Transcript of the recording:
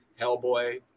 hellboy